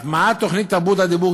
הטמעת תוכנית תרבות הדיבור,